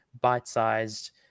bite-sized